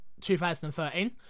2013